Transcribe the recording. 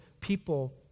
people